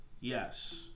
Yes